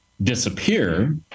disappear